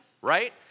right